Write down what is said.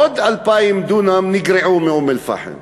עוד 2,000 דונם נגרעו מאום-אלפחם,